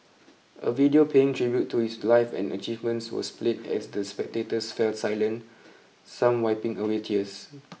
a video paying tribute to his life and achievements was played as the spectators fell silent some wiping away tears